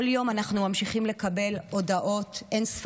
כל יום אנחנו ממשיכים לקבל אין-ספור